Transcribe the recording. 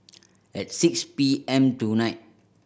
at six P M tonight